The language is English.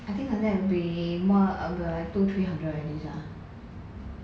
I think like that will be !wah! about two three hundred already sia